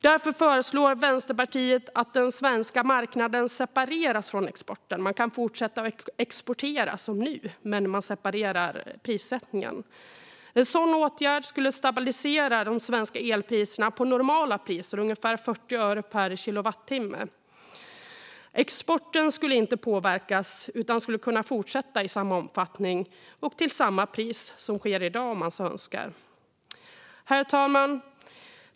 Därför föreslår Vänsterpartiet att den svenska marknaden separeras från exporten: man kan fortsätta att exportera som nu, men man separerar prissättningen. En sådan åtgärd skulle stabilisera de svenska elpriserna på normala nivåer, ungefär 40 öre per kilowattimme. Exporten skulle inte påverkas utan skulle kunna fortsätta i samma omfattning, upp till samma pris som i dag om man så önskar. Herr talman!